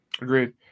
Agreed